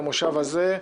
במושב הזה,